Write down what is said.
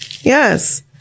Yes